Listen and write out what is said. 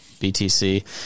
BTC